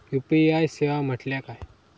UPI सेवा म्हटल्या काय?